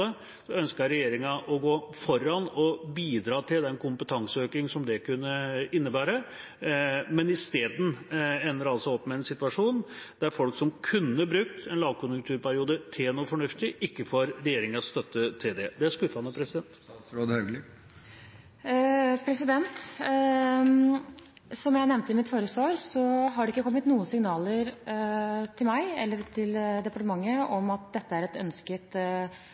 ønsker regjeringa å gå foran og bidra til den kompetanseøkninga som det kunne innebære, men isteden ender opp med en situasjon der folk som kunne brukt en lavkonjunkturperiode til noe fornuftig, ikke får regjeringas støtte til det. Det er skuffende. Som jeg nevnte i mitt forrige svar, har det ikke kommet noen signaler til meg eller til departementet om at dette er en ønsket